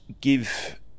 give